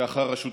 ואחר השותפות.